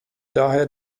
daher